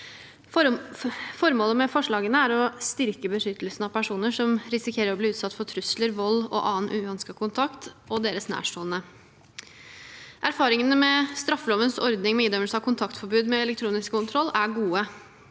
Formålet med forslagene er å styrke beskyttelsen av personer som risikerer å bli utsatt for trusler, vold og annen uønsket kontakt, og deres nærstående. Erfaringene med straffelovens ordning med idømmelse av kontaktforbud med elektronisk kontroll er gode.